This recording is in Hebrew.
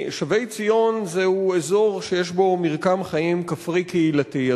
שבי-ציון הוא אזור שיש בו מרקם חיים כפרי קהילתי.